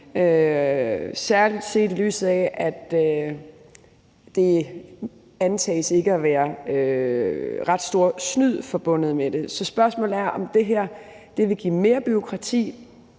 særlig set i lyset af at det ikke antages, at der er ret stor snyd forbundet med det. Så spørgsmålet er, om det her vil give mere bureaukrati.